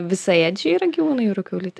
visaėdžiai gyvūnai jūrų kiaulytė